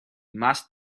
must